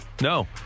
No